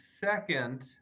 second